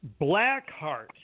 Blackheart